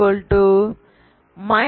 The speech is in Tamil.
2